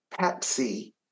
Pepsi